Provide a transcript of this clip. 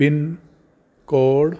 PIN code